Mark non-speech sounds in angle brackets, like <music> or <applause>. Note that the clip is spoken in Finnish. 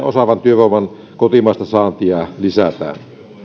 <unintelligible> osaavan työvoiman kotimaista saantia lisätään